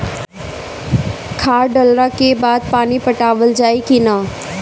खाद डलला के बाद पानी पाटावाल जाई कि न?